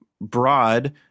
broad